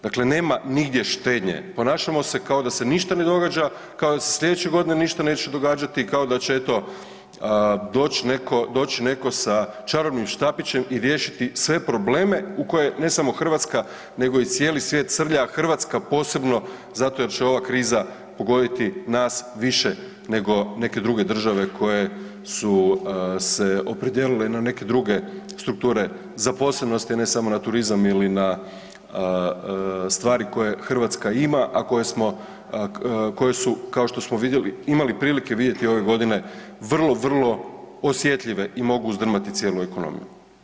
Dakle, nema nigdje štednje, ponašamo se kao da se ništa ne događa, kao da se slijedeće godine ništa neće događati, kao da će eto doć neko, doći neko sa čarobnim štapićem i riješiti sve probleme u koje, ne samo Hrvatska, nego i cijeli svijet srlja, a Hrvatska posebno zato jer će ova kriza pogoditi nas više nego neke druge države koje su se opredijelile na neke druge strukture zaposlenosti ne samo na turizam ili na stvari koje Hrvatska ima, a koje smo, koje su, kao što smo vidjeli imali prilike vidjeti ove godine vrlo vrlo osjetljive i mogu uzdrmati cijelu ekonomiju.